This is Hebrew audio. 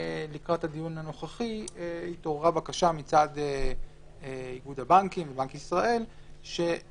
לקראת הדיון הנוכחי התעוררה בקשה מצד איגוד הבנקים ובנק ישראל לנסות